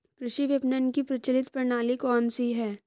कृषि विपणन की प्रचलित प्रणाली कौन सी है?